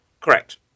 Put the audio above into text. Correct